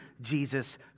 Jesus